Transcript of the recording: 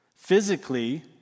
physically